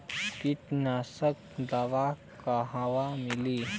कीटनाशक दवाई कहवा मिली?